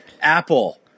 Apple